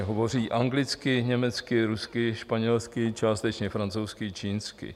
Hovoří anglicky, německy, rusky, španělsky, částečně francouzsky i čínsky.